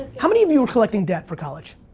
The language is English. how many of you are collecting debt for college?